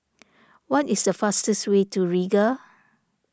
what is the fastest way to Riga